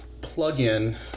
plugin